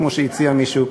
כמו שהציע מישהו.